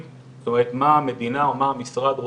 זאת אומרת מה המדינה או מה המשרד רוצה.